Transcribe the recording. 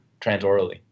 transorally